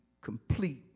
complete